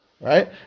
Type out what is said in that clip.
right